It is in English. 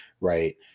right